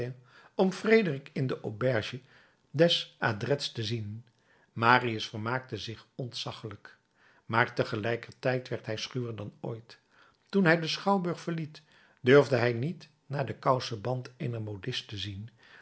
om frederick in de auberge des adrets te zien marius vermaakte zich ontzaggelijk maar tegelijkertijd werd hij schuwer dan ooit toen hij den schouwburg verliet durfde hij niet naar den kouseband eener modiste zien